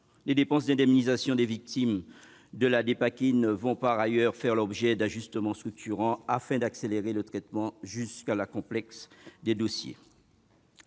Les dépenses d'indemnisation des victimes de la Dépakine vont, par ailleurs, faire l'objet d'ajustements structurants afin d'accélérer le traitement, jusque-là complexe, des dossiers.